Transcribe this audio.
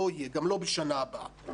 גם לא בשנה הבאה,